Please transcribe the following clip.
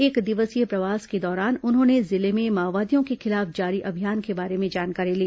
एकदिवसीय प्रवास के दौरान उन्होंने जिले में माओवादियों के खिलाफ जारी अभियान के बारे में जानकारी ली